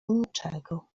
niczego